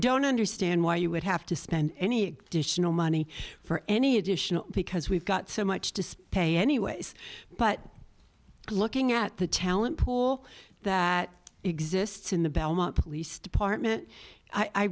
don't understand why you would have to spend any dish no money for any additional because we've got so much display anyways but looking at the talent pool that exists in the belmont police department i